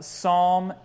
Psalm